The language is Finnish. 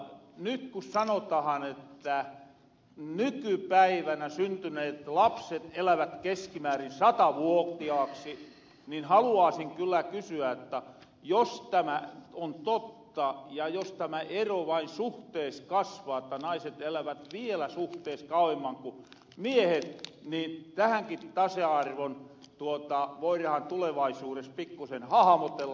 nyt ku sanotahan että nykypäivänä syntyneet lapset elävät keskimäärin satavuotiaaksi niin haluaasin kyllä kysyä jotta jos tämä on totta ja jos tämä ero vain suhteessa kasvaa että naiset elävät vielä suhteessa kauemman ku miehet niin tähänkin tasa arvoon voiraan tulevaisuudes pikkusen hahmotella